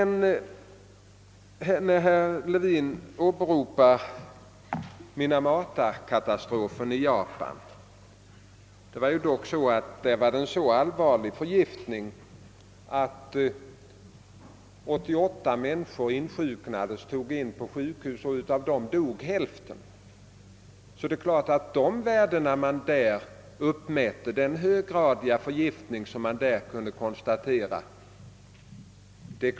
När herr Levin åberopar Minamatakatastrofen i Japan, så bör man erinra om att det var en så allvarlig förgiftning att 88: människor insjuknade och togs in på sjukhus, och av dem dog hälften. Det är klart att vi inte bör jämföra med den höggradiga förgiftning som då kunde konstateras.